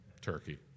Turkey